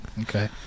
Okay